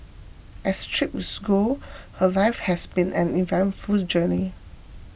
as trips go her life has been an eventful journey